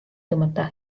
tõmmata